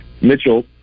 Mitchell